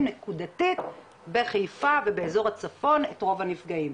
נקודתית בחיפה ובאזור הצפון את רוב הנפגעים.